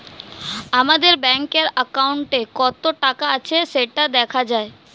আমাদের ব্যাঙ্কের অ্যাকাউন্টে কত টাকা আছে সেটা দেখা যায়